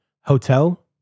Hotel